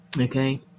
Okay